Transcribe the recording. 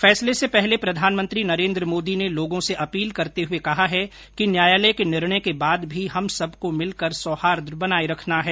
फैसले से पहले प्रधानमंत्री नरेन्द्र मोदी ने लोगो से अपील करते हुए कहा है कि न्यायालय के निर्णय के बाद भी हम सबको मिलकर सौहार्द बनाये रखना है